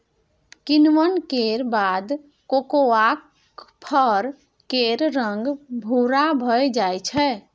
किण्वन केर बाद कोकोआक फर केर रंग भूरा भए जाइ छै